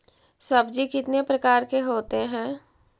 सब्जी कितने प्रकार के होते है?